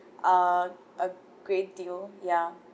uh a great deal ya